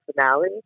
finale